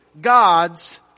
God's